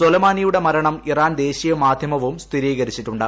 സൊലമാനിയുടെ മരണം ഇറാൻ ദേശീയ മാധ്യമവും സ്ഥിരികരിച്ചിട്ടുണ്ട്